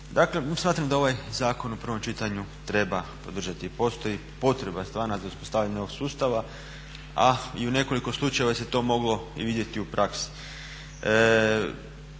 Dakle, smatram da ovaj zakon u prvom čitanju treba podržati. Postoji potreba stvarna za uspostavljanjem ovog sustava a i u nekoliko slučajeva se to moglo i vidjeti u praksi.